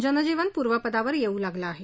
जनजीवन पूर्वपदावर येऊ लागलं आहे